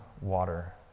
water